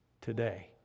today